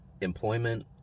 employment